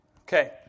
Okay